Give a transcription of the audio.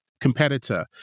competitor